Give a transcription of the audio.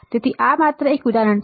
તેથી આ માત્ર એક ઉદાહરણ છે